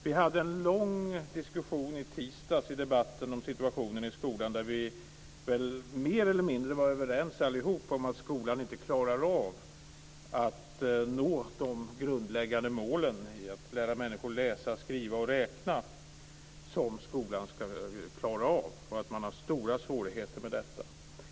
Vi hade en lång debatt i tisdags om situationen i skolan där vi allihop mer eller mindre var överens om att skolan inte klarar av att nå de grundläggande målen - att lära eleverna läsa, skriva och räkna - som skolan ska klara och att man har stora svårigheter med detta.